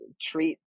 treat